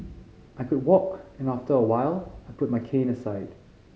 I could walk and after a while I put my cane aside